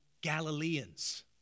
Galileans